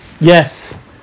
Yes